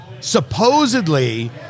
supposedly